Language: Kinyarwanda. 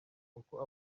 uko